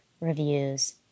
reviews